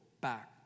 back